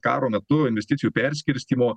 karo metu investicijų perskirstymo